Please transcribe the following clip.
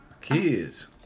Kids